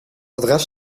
adres